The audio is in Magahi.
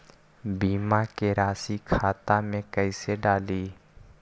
बीमा के रासी खाता में कैसे डाली?